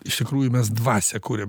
iš tikrųjų mes dvasią kuriam